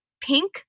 pink